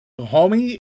Homie